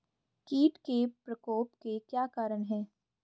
कीट के प्रकोप के क्या कारण हैं?